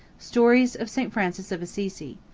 stories of st. francis of assisi.